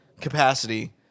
capacity